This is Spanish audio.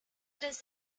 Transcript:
tres